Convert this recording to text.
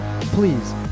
please